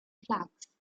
flags